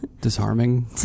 Disarming